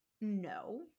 No